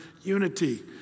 unity